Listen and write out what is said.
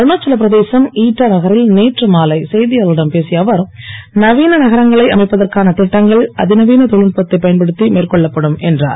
அருணாச்சல பிரதேசம் செய்தியாளர்களிடம் பேசிய அவர் நவீன நகரங்களை அமைப்பதற்கான திட்டங்கள் அதிநவீன தொழில்நுட்பத்தைப் பயன்படுத்தி மேற்கொள்ளப்படும் என்றார்